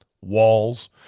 walls